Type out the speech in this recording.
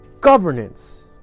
governance